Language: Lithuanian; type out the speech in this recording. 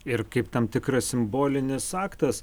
ir kaip tam tikras simbolinis aktas